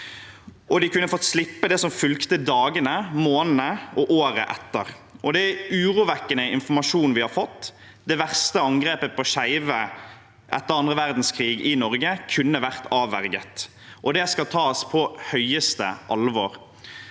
de kunne fått slippe det som fulgte i dagene, månedene og året etter. Det er urovekkende informasjon vi har fått. Det verste angrepet på skeive etter annen verdenskrig i Norge kunne vært avverget. Det skal tas på høyeste alvor.